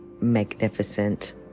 magnificent